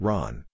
Ron